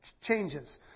changes